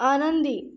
आनंदी